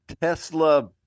Tesla